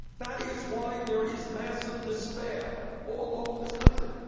that is why there is massive despair all over this country.